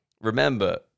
Remember